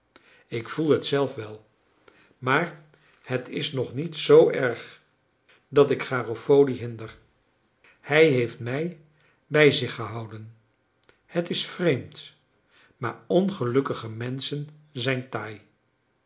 ik voel het zelf wel maar het is nog niet z erg dat ik garofoli hinder hij heeft mij bij zich gehouden het is vreemd maar ongelukkige menschen zijn taai